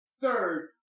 third